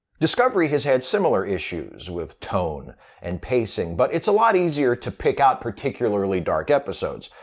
discovery has had similar issues with tone and pacing, but it's a lot easier to pick out particularly dark episodes.